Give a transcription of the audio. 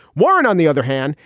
warren, on the other hand,